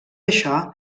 això